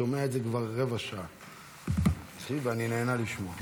שומע את זה כבר רבע שעה, מקשיב, ואני נהנה לשמוע.